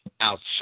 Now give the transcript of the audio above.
outside